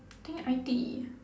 I think I_T_E